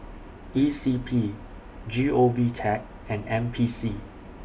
E C P G O V Tech and N P C